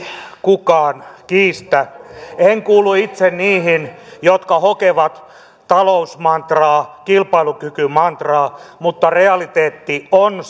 kukaan kiistä en kuulu itse niihin jotka hokevat talousmantraa kilpailukykymantraa mutta realiteetti on